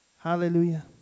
Hallelujah